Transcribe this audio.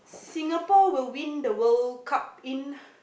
Singapore will win the World-Cup in